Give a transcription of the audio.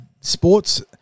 sports